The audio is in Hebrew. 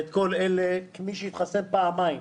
מי שהתחסן פעמיים,